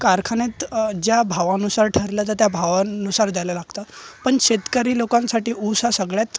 कारखान्यात ज्या भावानुसार ठरलं तर त्या भावानुसार द्यायला लागतं पण शेतकरी लोकांसाठी ऊस हा सगळ्यात